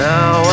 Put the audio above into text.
Now